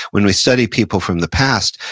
when we study people from the past,